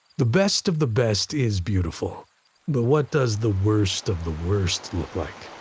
the best of the best is beautiful but what does the worst of the worst look like?